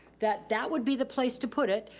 that that would be the place to put it.